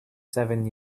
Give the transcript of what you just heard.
seven